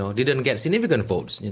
and they didn't get significant votes,